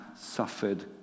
suffered